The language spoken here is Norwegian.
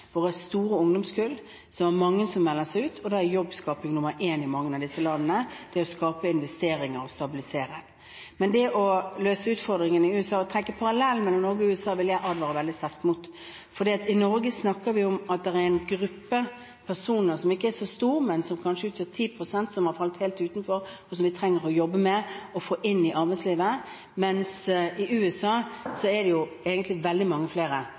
store ungdomskull, og det er mange som melder seg ut. Da er jobbskaping utfordring nr. én i mange av disse landene, det å skape investeringer og stabilisere. Men når det gjelder å løse utfordringene i USA og trekke paralleller mellom Norge og USA, vil jeg advare veldig sterkt mot det. For i Norge snakker vi om at det er en gruppe personer som ikke er så stor, men som kanskje utgjør 10 pst. som har falt helt utenfor, og som vi trenger å jobbe med for å få inn i arbeidslivet, mens i USA er det egentlig veldig mange flere